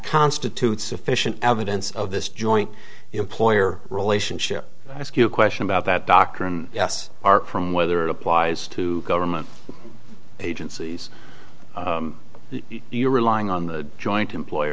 constitutes sufficient evidence of this joint employer relationship i ask you a question about that doctor and yes are from whether it applies to government agencies you're relying on the joint employer